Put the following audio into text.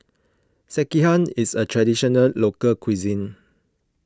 Sekihan is a Traditional Local Cuisine